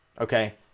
okay